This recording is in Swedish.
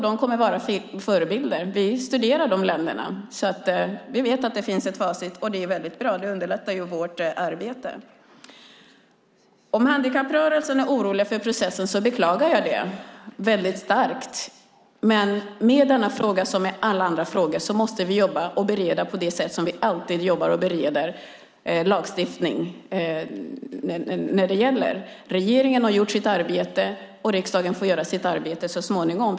De kommer att vara förebilder. Vi studerar de länderna. Vi vet att det finns ett facit. Det är bra. Det underlättar ju vårt arbete. Om handikapprörelsen är orolig för processen beklagar jag det väldigt starkt. Vi måste jobba med denna fråga på samma sätt som vi alltid jobbar och bereder när det gäller lagstiftning. Regeringen har gjort sitt arbete. Riksdagen får göra sitt arbete så småningom.